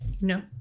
No